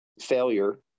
failure